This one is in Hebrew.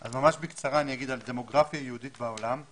אז ממש בקצרה אני אגיד על דמוגרפיה יהודית בעולם.